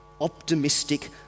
optimistic